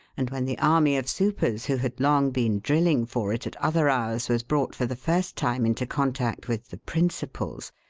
and when the army of supers who had long been drilling for it at other hours was brought for the first time into contact with the principals,